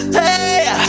hey